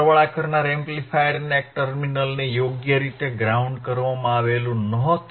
સરવાળા કરનાર એમ્પ્લીફાયરના એક ટર્મિનલને યોગ્ય રીતે ગ્રાઉન્ડ કરવામાં આવ્યું ન હતું